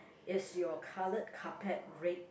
is your coloured carpet red